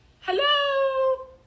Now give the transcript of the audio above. hello